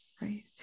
Right